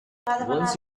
once